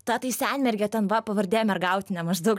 ta tai senmergė ten va pavardė mergautinė maždaug